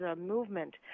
movement